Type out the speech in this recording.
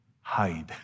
hide